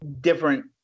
different